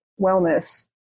wellness